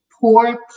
Poor